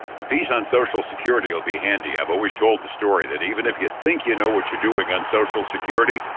the piece on social security will be handy. i've always told the story that even if you think you know what you're doing on social security,